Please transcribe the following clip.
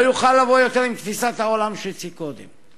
לא יוכל לבוא יותר עם תפיסת העולם שהציג קודם.